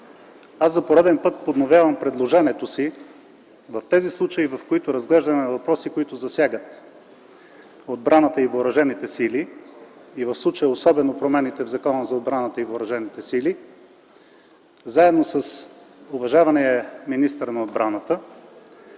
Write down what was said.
за пореден път подновявам предложението си в случаите, когато разглеждаме въпроси, засягащи отбраната и въоръжените сили, в случая особено промените в Закона за отбраната и въоръжените сили, заедно с уважавания министър на отбраната